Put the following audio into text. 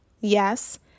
Yes